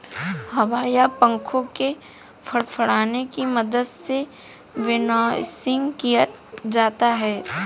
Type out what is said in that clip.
हवा या पंखों के फड़फड़ाने की मदद से विनोइंग किया जाता है